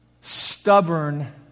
stubborn